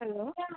hello